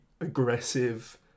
aggressive